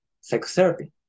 psychotherapy